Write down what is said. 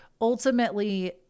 ultimately